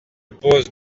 oppose